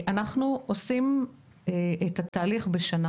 אנחנו, לעומת זאת, עושים את התהליך בשנה.